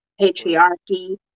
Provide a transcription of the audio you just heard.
patriarchy